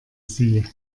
sie